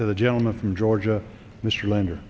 to the gentleman from georgia mr